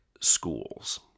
Schools